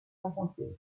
argentine